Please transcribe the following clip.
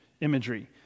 imagery